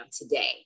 today